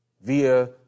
via